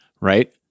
right